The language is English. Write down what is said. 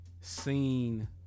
seen